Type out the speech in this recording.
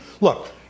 Look